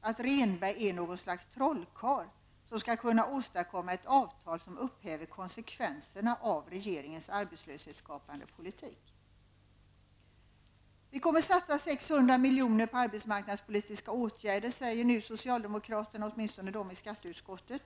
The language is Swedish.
att Rehnberg är ett slags trollkarl som skall kunna åstadkomma ett avtal som innebär att detta med konsekvenserna av regeringens arbetslöshetsskapande politik upphävs. Vi kommer att satsa 600 miljoner på arbetsmarknadspolitiska åtgärder, säger åtminstone socialdemokraterna i skatteutskottet.